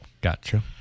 Gotcha